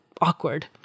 awkward